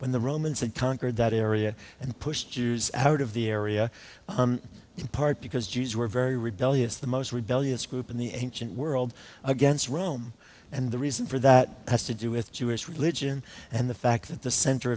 when the romans had conquered that area and pushed jews out of the area in part because jews were very rebellious the most rebellious group in the ancient world against rome and the reason for that has to do with jewish religion and the fact that the center